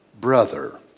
brother